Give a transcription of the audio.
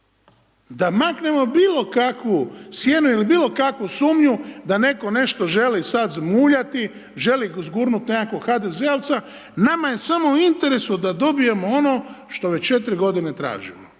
Da maknemo bilokakvu sjenu ili bilokakvu sumnju da netko nešto želi sad zmuljati, želi gurnut nekakvog HDZ-ovca, nama je sami u interesu da dobijemo ono što već 4 g. tražimo